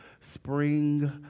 Spring